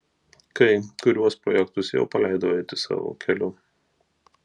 kai kuriuos projektus jau paleidau eiti savo keliu